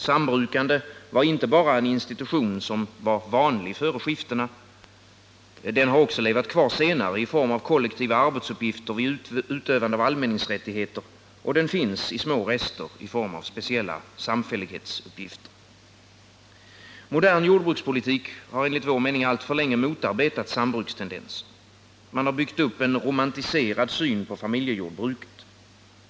Sambrukande var inte bara en vanligen förekommande institution från tiden före skiftena, den har också levat kvar senare i form av kollektiva arbetsuppgifter vid utövande av allmänningsrättigheter och finns i små rester i form av speciella samfällighetsuppgifter. Modern jordbrukspolitik har enligt vår mening alltför länge motarbetat sambrukstendenser. Man har byggt upp en romantiserad syn på familjejordbruket.